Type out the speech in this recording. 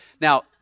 Now